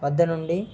వద్ద నుండి